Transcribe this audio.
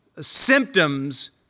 symptoms